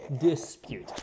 DISPUTE